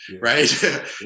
right